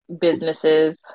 businesses